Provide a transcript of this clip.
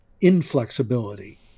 inflexibility